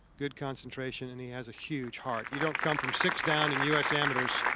good concentration. and he has a huge heart. you don't come from six down in us amateurs